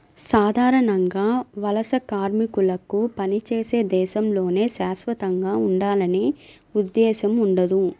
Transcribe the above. సాధారణంగా వలస కార్మికులకు పనిచేసే దేశంలోనే శాశ్వతంగా ఉండాలనే ఉద్దేశ్యం ఉండదు